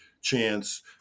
Chance